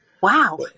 Wow